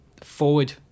forward